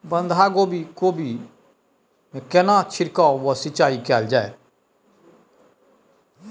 बंधागोभी कोबी मे केना छिरकाव व सिंचाई कैल जाय छै?